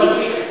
לא, תמשיכי.